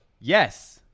Yes